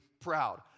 proud